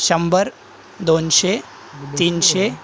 शंभर दोनशे तीनशे